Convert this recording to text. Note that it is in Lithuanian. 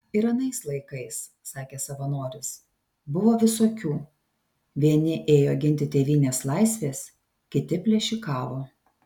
ir anais laikais sakė savanoris buvo visokių vieni ėjo ginti tėvynės laisvės kiti plėšikavo